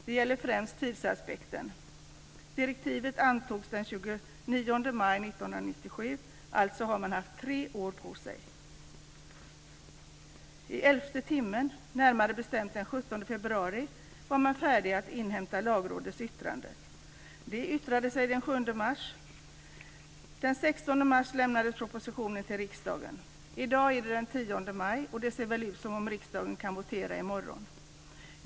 Det gäller främst tidsaspekten. Direktivet antogs den 29 maj 1997. Man har alltså haft tre år på sig. I elfte timmen, närmare bestämt den 17 februari, var man färdig att inhämta Lagrådets yttrande. Det yttrade sig den 7 mars. Den 16 mars lämnades propositionen till riksdagen. I dag är det den 10 maj, och det ser väl ut som om riksdagen kan votera i morgon.